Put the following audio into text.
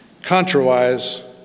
Contrawise